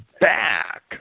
back